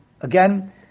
again